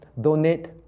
donate